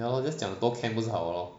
ya lor just 讲很多 can 不是好 liao lor